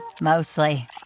Mostly